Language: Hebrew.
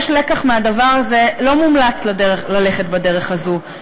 יש לקח מהדבר הזה: לא מומלץ ללכת בדרך הזאת,